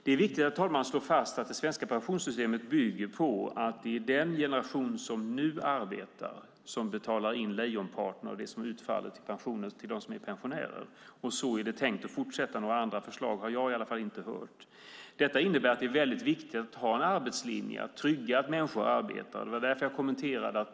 Det är viktigt, herr talman, att slå fast att det svenska pensionssystemet bygger på att det är den generation som nu arbetar som betalar in lejonparten av det som utfaller som pensioner till dem som är pensionärer, och så är det tänkt att fortsätta. Några andra förslag har jag i alla fall inte hört. Detta innebär att det är väldigt viktigt att ha en arbetslinje, att trygga att människor arbetar. Det var därför jag kommenterade detta.